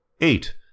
Eight